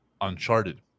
Uncharted